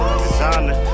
designer